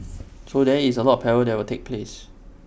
so there is A lot of parallel work that will take place